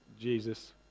Jesus